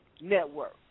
network